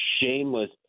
shameless